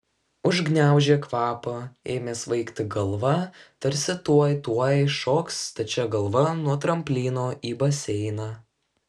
užgniaužė kvapą ėmė svaigti galva tarsi tuoj tuoj šoks stačia galva nuo tramplyno į baseiną